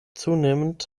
zunehmend